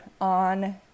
on